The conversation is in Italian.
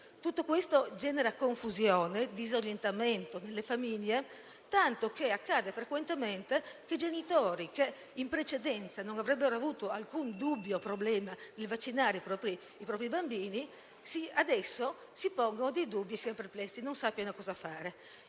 flessibile, genera confusione e disorientamento nelle famiglie, tanto che accade frequentemente che genitori, che in precedenza non avrebbero avuto alcun dubbio o problema a vaccinare i propri bambini, adesso si pongono dei dubbi, sono perplessi e non sanno cosa fare.